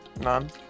None